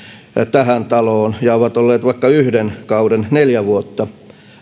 tähän taloon ja ovat olleet vaikka yhden kauden neljä vuotta